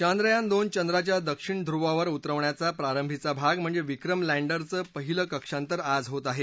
चंद्रयान दोन चंद्राच्या दक्षिण ध्रुवावर उतरवण्याचा प्रारंभीचा भाग म्हणजे विक्रम लँडरचं पहिलं कक्षांतर आज होत आहे